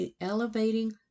elevating